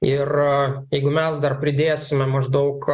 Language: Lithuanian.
ir jeigu mes dar pridėsime maždaug